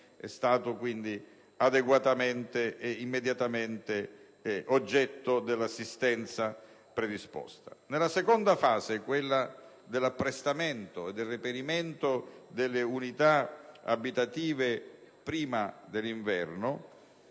è stato adeguatamente ed immediatamente oggetto dell'assistenza predisposta. Nella seconda fase, quella dell'apprestamento e del reperimento delle unità abitative prima dell'inverno,